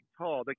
tall